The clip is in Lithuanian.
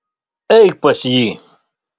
eik pas jį